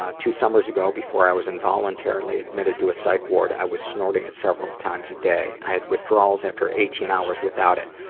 ah two summers ago, before i was involuntarily admitted to a psych ward, i was snorting it several times a day. i had withdrawals after eighteen hours without it.